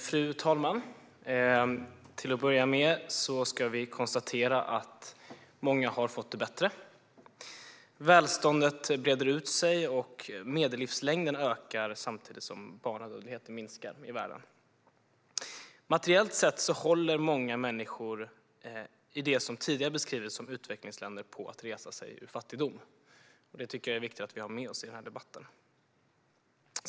Fru talman! Till att börja med kan vi konstatera att många har fått det bättre. Välståndet breder ut sig, och medellivslängden ökar samtidigt som barnadödligheten minskar i världen. Materiellt sett håller många människor i det som tidigare har beskrivits som utvecklingsländer på att resa sig ur fattigdom. Det tycker jag är viktigt att vi har med oss i debatten.